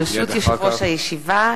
ברשות יושב-ראש הישיבה,